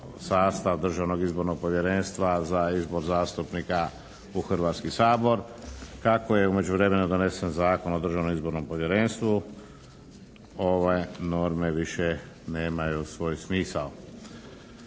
sastav Državnog izbornog povjerenstva za izbor zastupnika u Hrvatski sabor. Kako je u međuvremenu donesen Zakon o Državnom izbornom povjerenstvu ove norme više nemaju svoj smisao.